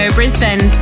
Brisbane